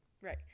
Right